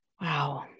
Wow